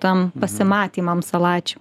tam pasimatymam salačių